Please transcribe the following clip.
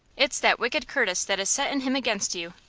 it's that wicked curtis that is settin' him against you,